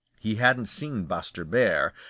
he hadn't seen buster bear,